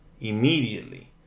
immediately